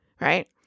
right